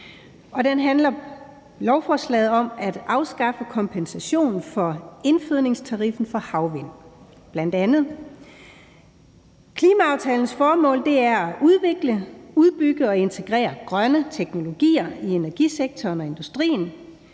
handler om at afskaffe kompensation for indfødningstariffen for bl.a. havvind. Klimaaftalens formål er at udvikle, udbygge og integrere grønne teknologier i energisektoren og industrien,